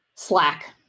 Slack